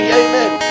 amen